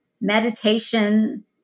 meditation